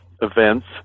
events